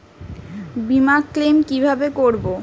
বিমা ক্লেম কিভাবে করব?